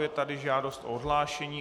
Je tady žádost o odhlášení.